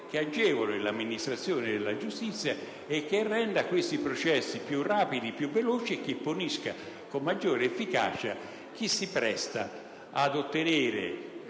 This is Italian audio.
che agevoli l'amministrazione della giustizia, che renda questi processi più veloci e che punisca con maggior efficacia chi si presta ad ottenere,